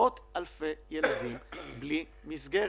בלי מסגרת.